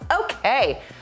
Okay